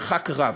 המרחק רב.